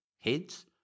heads